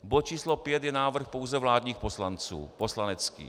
Bod číslo 5 je návrh pouze vládních poslanců, návrh poslanecký.